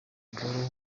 paul